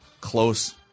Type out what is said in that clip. close